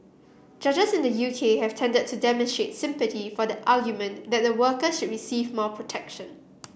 judges in the U K have tended to demonstrate sympathy for the argument that the workers should receive more protection